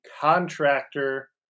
contractor